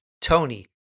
Tony